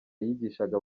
yigishaga